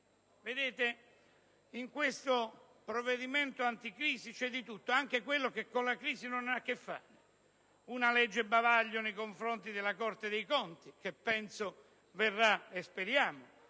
Vedete, in questo provvedimento anticrisi c'è di tutto, anche quello che con la crisi non ha a che fare: una legge bavaglio nei confronti della Corte dei conti, che penso e spero